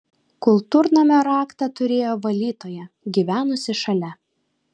kultūrnamio raktą turėjo valytoja gyvenusi šalia